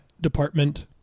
department